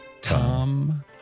Tom